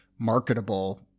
marketable